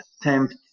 attempt